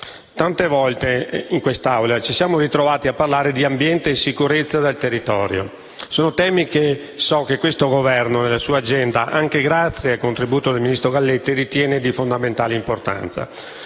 Tante volte in questa Aula ci siamo ritrovati a parlare di ambiente e sicurezza del territorio. Sono temi che so che questo Governo ha nella sua agenda e che, anche grazie al contributo del ministro Galletti, ritiene di fondamentale importanza.